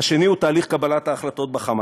השני הוא תהליך קבלת ההחלטות ב"חמאס".